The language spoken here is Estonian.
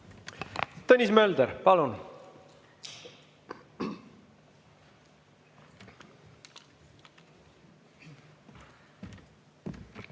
Tõnis Mölder, palun!